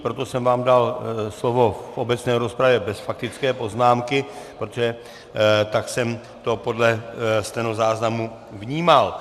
Proto jsem vám dal slovo v obecné rozpravě bez faktické poznámky, protože tak jsem to podle stenozáznamu vnímal.